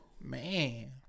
Man